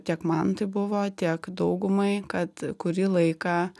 tiek man tai buvo tiek daugumai kad kurį laiką